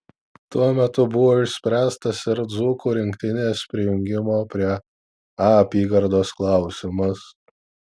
tuo metu buvo išspręstas ir dzūkų rinktinės prijungimo prie a apygardos klausimas